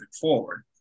forward